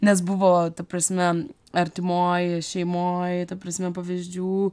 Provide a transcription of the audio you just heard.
nes buvo ta prasme artimoj šeimoj ta prasme pavyzdžių